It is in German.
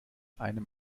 einem